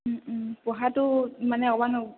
পঢ়াটো মানে অকণমান